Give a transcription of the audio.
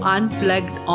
Unplugged